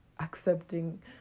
accepting